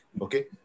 okay